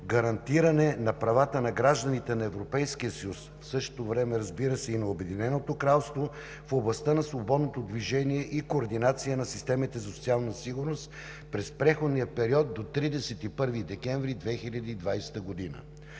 гарантиране на правата на гражданите на Европейския съюз, в същото време, разбира се, и на Обединеното кралство в областта на свободното движение и координация на системите за социална сигурност през преходния период до 31 декември 2020 г.